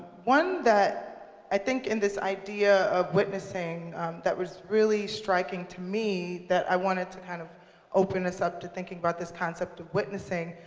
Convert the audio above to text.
one that i think in this idea of witnessing that was really striking to me that i wanted to kind of open us up to thinking about this concept of witnessing,